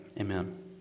amen